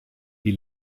die